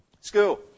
School